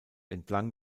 entlang